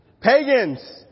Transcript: Pagans